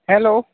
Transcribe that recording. hello